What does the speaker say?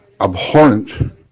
abhorrent